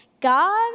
God